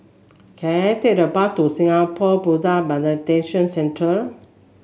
can I take the bus to Singapore Meditation Centre